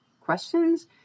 questions